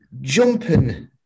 jumping